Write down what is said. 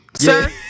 sir